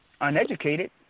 uneducated